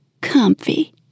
Comfy